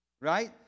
Right